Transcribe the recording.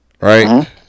Right